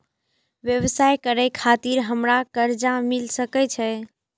व्यवसाय करे खातिर हमरा कर्जा मिल सके छे?